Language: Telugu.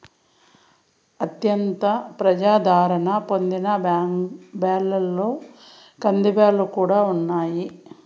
అత్యంత ప్రజాధారణ పొందిన బ్యాళ్ళలో కందిబ్యాల్లు కూడా ఉన్నాయి